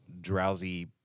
drowsy